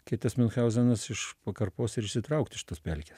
kai tas miunchauzenas už pakarpos ir išsitraukt iš tos pelkės